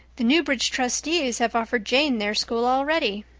the newbridge trustees have offered jane their school already,